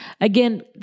Again